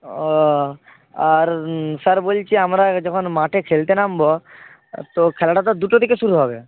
ও আর স্যার বলছি আমরা যখন মাঠে খেলতে নামব তো খেলাটা তো দুটো থেকে শুরু হবে